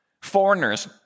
Foreigners